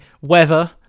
Weather